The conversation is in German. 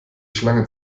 schlange